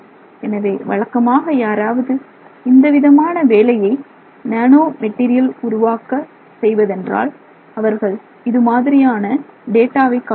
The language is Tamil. எனவே வழக்கமாக யாராவது இந்தவிதமான வேலையை நானோ மெட்டீரியல் உருவாக்க செய்வதென்றால் அவர்கள் இது மாதிரியான டேட்டாவை காட்டுகிறார்கள்